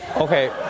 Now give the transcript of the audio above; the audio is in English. Okay